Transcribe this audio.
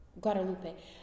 Guadalupe